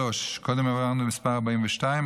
43). קודם העברנו את מס' 42,